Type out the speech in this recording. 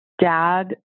dad